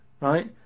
right